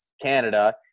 Canada